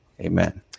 amen